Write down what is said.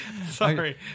sorry